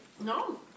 No